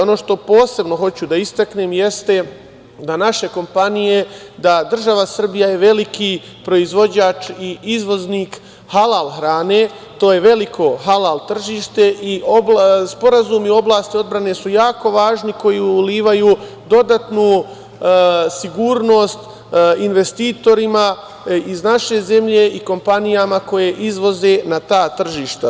Ono što posebno hoću da istaknem jeste da naše kompanije, da je država Srbija veliki proizvođač i izvoznik halal hrane, to je veliko halal tržište i sporazumi u oblasti odbrane su jako važni, koji ulivaju dodatnu sigurnost investitorima iz naše zemlje i kompanijama koje izvoze na ta tržišta.